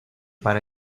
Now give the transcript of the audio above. para